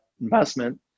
investment